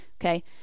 Okay